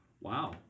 wow